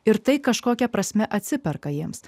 ir tai kažkokia prasme atsiperka jiems